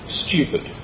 stupid